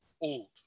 old